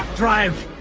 drive.